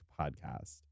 podcast